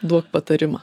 duoki patarimą